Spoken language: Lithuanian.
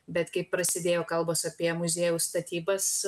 bet kai prasidėjo kalbos apie muziejaus statybas